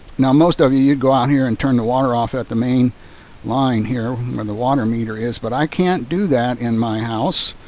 now most of you. you'd go out here and turn the water off at the main line here where the water meter is. but i can't do that in my house.